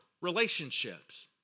relationships